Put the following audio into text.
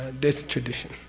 this tradition.